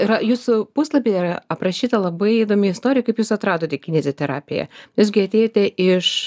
yra jūsų puslapyje yra aprašyta labai įdomi istorija kaip jūs atradote kineziterapiją jūs ji atėjote iš